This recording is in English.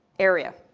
area,